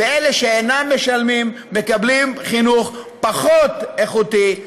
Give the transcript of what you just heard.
ואלה שאינם משלמים מקבלים חינוך פחות איכותי,